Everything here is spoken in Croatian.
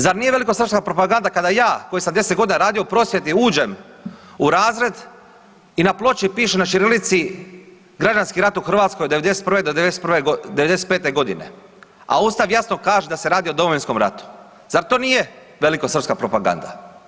Zar nije velikosrpska propaganda da ja koji sam 10.g. radio u prosvjeti uđem u razred i na ploči piše na ćirilici „građanski rat u Hrvatskoj '91. do '95.g.“, a ustav jasno kaže da se radi o Domovinskom ratu, zar to nije velikosrpska propaganda?